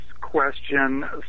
question